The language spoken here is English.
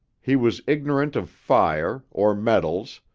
he was ignorant of fire, or metals,